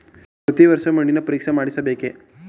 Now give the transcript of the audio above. ಪ್ರತಿ ವರ್ಷ ಮಣ್ಣಿನ ಪರೀಕ್ಷೆ ಮಾಡಿಸಬೇಕೇ?